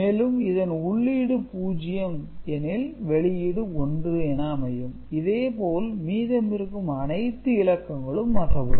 மேலும் இதன் உள்ளீடு 0 எனில் வெளியீடு 1 என அமையும் இதேபோல் மீதம் இருக்கும் அனைத்து இலக்கங்களும் மாற்றப்படும்